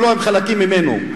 ולא עם חלקים ממנו.